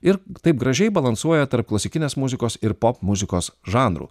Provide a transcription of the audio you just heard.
ir taip gražiai balansuoja tarp klasikinės muzikos ir popmuzikos žanrų